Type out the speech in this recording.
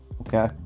okay